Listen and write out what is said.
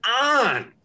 on